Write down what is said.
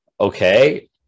okay